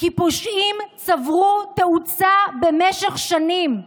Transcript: כי פושעים צברו תאוצה במשך שנים.